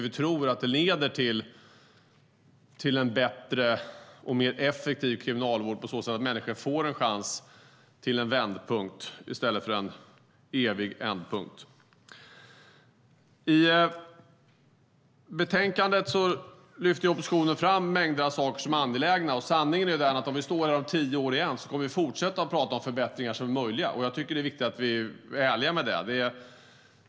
Vi tror att det leder till en bättre och en mer effektiv kriminalvård på så sätt att människor får en chans till en vändpunkt i stället för en evig ändpunkt. Oppositionen lyfter fram en mängd saker som är angelägna. Sanningen är den att om vi står här om tio år kommer vi att fortsätta att prata om förbättringar som är möjliga. Jag tycker att det är viktigt att vi är ärliga med det.